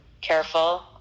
careful